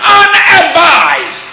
unadvised